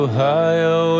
Ohio